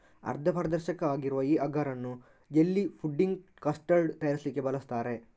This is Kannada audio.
ಅರ್ಧ ಪಾರದರ್ಶಕ ಆಗಿರುವ ಈ ಅಗರ್ ಅನ್ನು ಜೆಲ್ಲಿ, ಫುಡ್ಡಿಂಗ್, ಕಸ್ಟರ್ಡ್ ತಯಾರಿಸ್ಲಿಕ್ಕೆ ಬಳಸ್ತಾರೆ